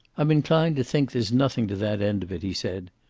i'm inclined to think there's nothing to that end of it, he said.